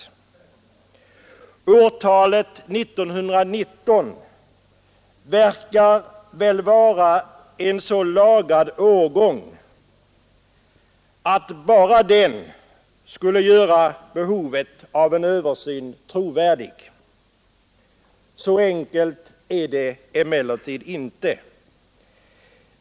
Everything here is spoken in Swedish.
Årtalet 1919 verkar väl vara en så lagrad årgång att bara den skulle göra behovet av en översyn trovärdig. Så enkelt är det emellertid inte.